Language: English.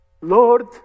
Lord